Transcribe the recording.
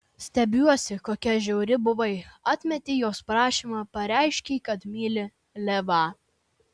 stebiuosi kokia žiauri buvai atmetei jos prašymą pareiškei kad myli levą